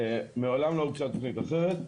מעולם לא הוגשה תוכנית אחרת,